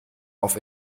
auf